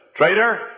traitor